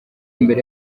imbere